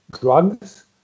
drugs